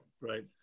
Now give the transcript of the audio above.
Right